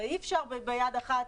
הרי אי אפשר ביד אחד לעשות ככה,